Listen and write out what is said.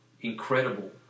incredible